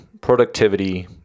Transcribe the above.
productivity